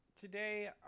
today